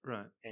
Right